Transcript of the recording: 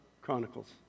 Chronicles